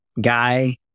guy